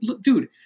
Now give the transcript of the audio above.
Dude